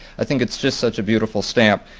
i think it's just such a beautiful stamp,